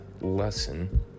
lesson